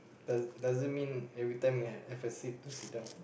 does doesn't mean every time have a seat to sit down